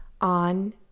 on